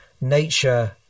Nature